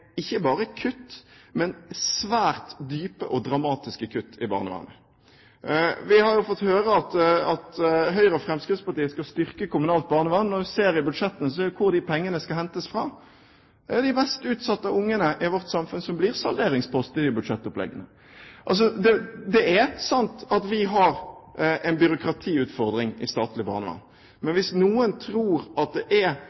ikke bare kutt, men svært dype og dramatiske kutt i barnevernet. Vi har jo fått høre at Høyre og Fremskrittspartiet skal styrke kommunalt barnevern. Når vi ser i budsjettene, ser vi hvor de pengene skal hentes fra. Det er jo de mest utsatte barna i vårt samfunn som blir salderingspost i de budsjettoppleggene. Det er sant at vi har en byråkratiutfordring i statlig barnevern. Men